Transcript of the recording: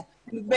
כמו שנאמר,